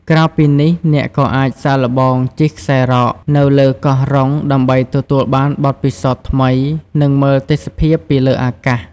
ក្រៅពីនេះ អ្នកក៏អាចសាកល្បង ជិះខ្សែរ៉ក នៅលើកោះរ៉ុងដើម្បីទទួលបានបទពិសោធន៍ថ្មី និងមើលទេសភាពពីលើអាកាស។